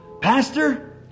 Pastor